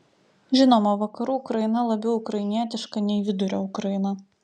žinoma vakarų ukraina labiau ukrainietiška nei vidurio ukraina